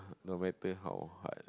no matter how hard